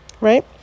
right